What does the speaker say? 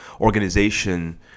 organization